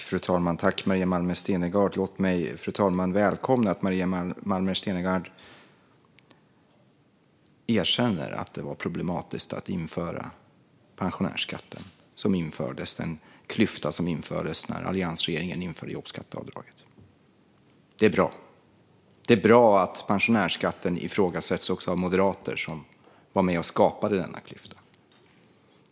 Fru talman! Tack, Maria Malmer Stenergard, för frågan! Jag välkomnar att hon erkänner att det var problematiskt att införa pensionärsskatten, den klyfta som uppkom när Alliansen införde jobbskatteavdraget. Det är bra att pensionärsskatten ifrågasätts också av moderater, som var med och skapade klyftan.